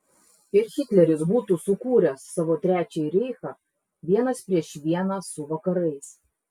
ir hitleris būtų sukūręs savo trečiąjį reichą vienas prieš vieną su vakarais